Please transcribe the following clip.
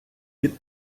від